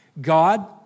God